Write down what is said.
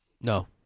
No